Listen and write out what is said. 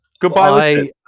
Goodbye